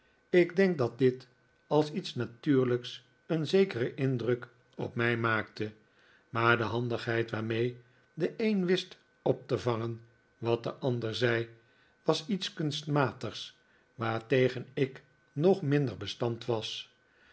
ik denk dat dit als iets natuurlijks een zekeren indruk op mij maakte maar de handigheid waarmee de een wist op te vangen wat de ander zei was iets kunstmatigs waartegen ik nog minder bestand was